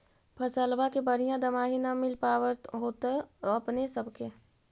फसलबा के बढ़िया दमाहि न मिल पाबर होतो अपने सब के?